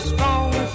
Strong